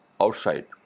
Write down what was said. outside